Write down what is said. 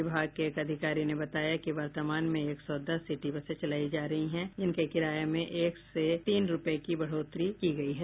विभाग के एक अधिकारी ने बताया कि वर्तमान में एक सौ दस सिटी बसें चलायी जा रही हैं जिनके किराये में एक से तीन रूपये की बढ़ोतरी की गयी है